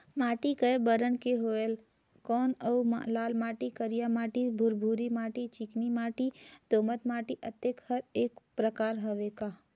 माटी कये बरन के होयल कौन अउ लाल माटी, करिया माटी, भुरभुरी माटी, चिकनी माटी, दोमट माटी, अतेक हर एकर प्रकार हवे का?